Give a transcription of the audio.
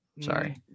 Sorry